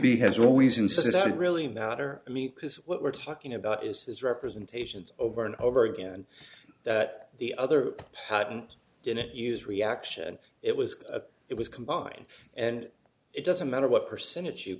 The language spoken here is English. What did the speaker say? b has always insisted that it really matter to me because what we're talking about is this representations over and over again that the other patent didn't use reaction it was a it was combine and it doesn't matter what percentage you